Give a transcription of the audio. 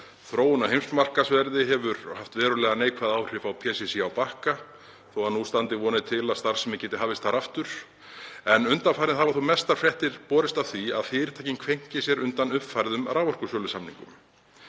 Þróun á heimsmarkaðsverði hefur haft verulega neikvæð áhrif á PCC á Bakka þó að nú standi vonir til að starfsemi geti hafist þar aftur. Undanfarið hafa þó mestar fréttir borist af því að fyrirtækin kveinki sér undan uppfærðum raforkusölusamningum.